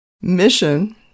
Mission